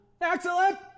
Excellent